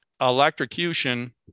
electrocution